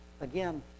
Again